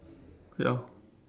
ya